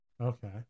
Okay